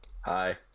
Hi